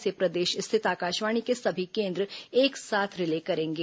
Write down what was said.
इसे प्रदेश स्थित आकाशवाणी के सभी केन्द्र एक साथ रिले करेंगे